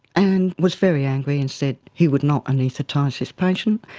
and was very angry and said he would not anaesthetise this patient.